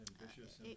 ambitious